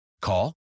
Call